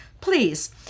Please